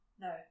no